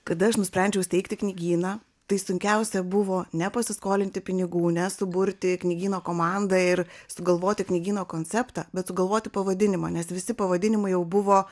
kada aš nusprendžiau steigti knygyną tai sunkiausia buvo ne pasiskolinti pinigų ne suburti knygyno komandą ir sugalvoti knygyno konceptą bet sugalvoti pavadinimą nes visi pavadinimai jau buvo